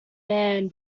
man